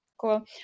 cool